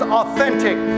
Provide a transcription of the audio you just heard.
authentic